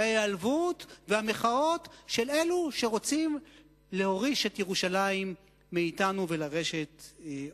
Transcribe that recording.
ההיעלבות והמחאות של אלו שרוצים להוריש את ירושלים מאתנו ולרשת אותה.